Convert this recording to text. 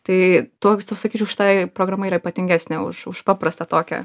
tai tuo tuo sakyčiau šitai programa yra ypatingesnė už už paprastą tokią